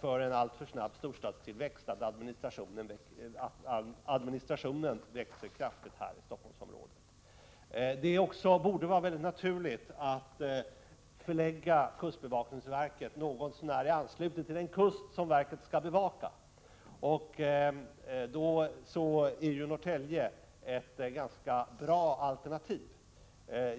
till en alltför snabb storstadstillväxt är att administrationen växer kraftigt här i Stockholmsområdet. Det borde vara naturligt att lägga kustbevakningsverket något så när i anslutning till den kust verket skall bevaka. Då är Norrtälje ett ganska bra alternativ.